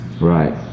right